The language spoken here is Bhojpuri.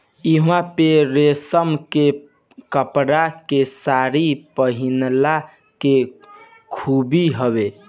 इहवां पे रेशम के कपड़ा के सारी पहिनला के खूबे हवे